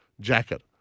jacket